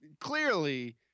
clearly